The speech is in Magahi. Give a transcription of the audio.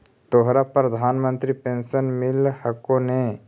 तोहरा प्रधानमंत्री पेन्शन मिल हको ने?